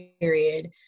period